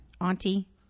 Auntie